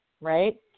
right